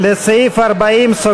לסעיף 40(4)